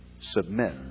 Submit